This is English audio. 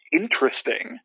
interesting